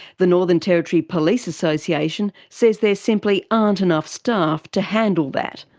the northern territory police association says there simply aren't enough staff to handle that.